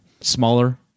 smaller